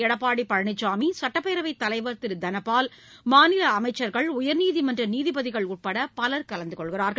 எடப்பாடி பழனிசாமி சுட்டப்பேரவை தலைவர் திரு தனபால் மாநில அமைச்சர்கள் உயர்நீதிமன்ற நீதிபதிகள் உட்பட பலர் கலந்து கொள்கிறார்கள்